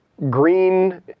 green